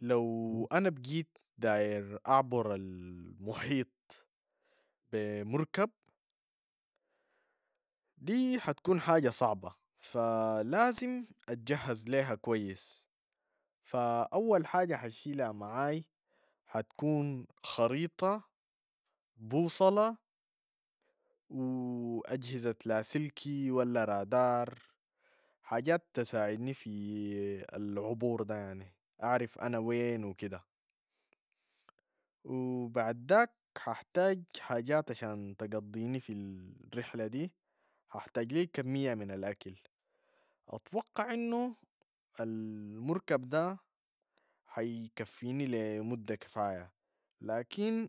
لو أنا بقيت داير أعبر المحيط بمركب دي حتكون حاجة صعبة، ف- لازم أتجهز ليها كويس، فأول حاجة حشيلها معاي حتكون خريطة بوصلة وأجهزة لاسلكي ولا رادار، حاجات تساعدني في العبور دا يعني أعرف أنا وين وكده و بعد داك ححتاج حاجات عشان تقضيني في الرحلة دي، ححتاج لي كمية من الأكل، أتوقع إنو المركب ده حيكفيني لمدة كفاية، لكن